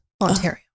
Ontario